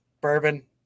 bourbon